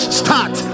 start